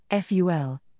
FUL